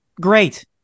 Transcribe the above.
great